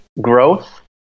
growth